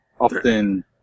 Often